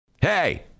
Hey